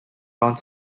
round